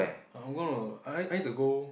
I want to I I need to go